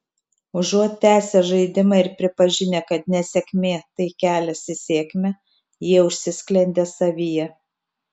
užuot tęsę žaidimą ir pripažinę kad nesėkmė tai kelias į sėkmę jie užsisklendė savyje